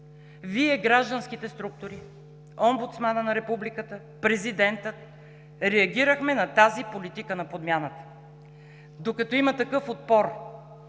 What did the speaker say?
Вие – гражданските структури, омбудсманът на Републиката, президентът реагирахме на тази политика на подмяната. Докато има такъв отпор,